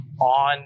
on